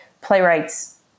playwrights